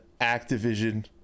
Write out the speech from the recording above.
activision